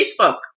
Facebook